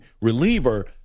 reliever